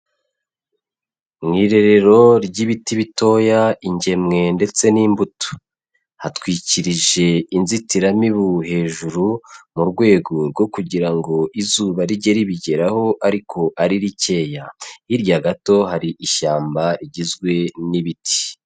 Mu irerero ry'ibiti bitoya ingemwe ndetse n'imbuto, hatwikirije inzitiramibu hejuru mu rwego rwo kugira ngo izuba rijye ribigeraho ariko ari rikeya, hirya gato hari ishyamba rigizwe n'ibiti.